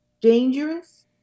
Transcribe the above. dangerous